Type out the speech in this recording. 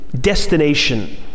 destination